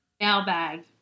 Mailbag